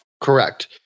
Correct